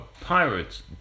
pirates